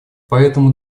поэтому